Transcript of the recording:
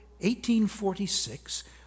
1846